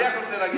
צריך להקים ממשלה.